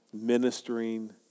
ministering